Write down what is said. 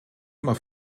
immer